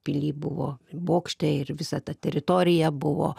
pily buvo bokštai ir visa ta teritorija buvo